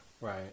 Right